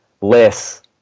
less